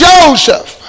Joseph